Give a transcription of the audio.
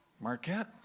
Marquette